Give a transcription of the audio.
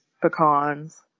pecans